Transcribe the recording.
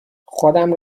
خودم